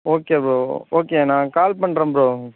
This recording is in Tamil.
ஓகே ப்ரோ ஓகே நான் கால் பண்ணுறேன் ப்ரோ